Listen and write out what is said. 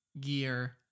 gear